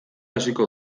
hasiko